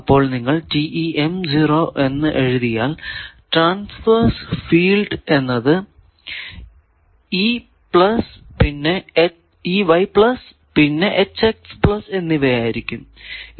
അപ്പോൾ നിങ്ങൾ എന്ന് എഴുതിയാൽ ട്രാൻസ്വേർസ് ഫീൽഡ് എന്നത് പിന്നെ എന്നിവ ആയിരിക്കും